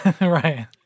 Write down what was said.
Right